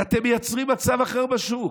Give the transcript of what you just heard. ואתם מייצרים מצב אחר בשוק.